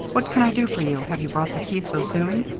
what can i do for you? have you brought the key so soon?